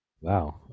Wow